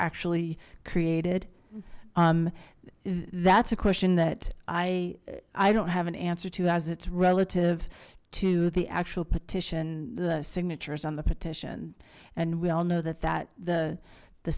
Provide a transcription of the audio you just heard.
actually created that's a question that i i don't have an answer to as it's relative to the actual petition the signatures on the petition and we all know that that the the